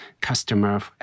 customer